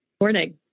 Morning